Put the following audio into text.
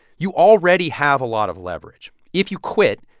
you already have a lot of leverage. if you quit,